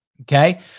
Okay